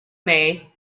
may